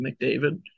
McDavid